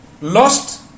Lost